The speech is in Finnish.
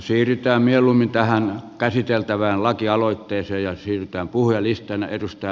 siirrytään mieluummin tähän käsiteltävään lakialoitteeseen ja siirrytään puhujalistaan